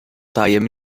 tajem